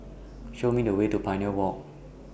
Show Me The Way to Pioneer Walk